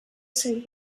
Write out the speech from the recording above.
said